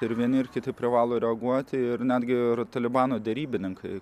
ir vieni ir kiti privalo reaguoti ir netgi talibano derybininkai